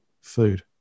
food